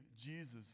Jesus